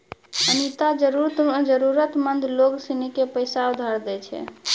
अनीता जरूरतमंद लोग सिनी के पैसा उधार पर दैय छै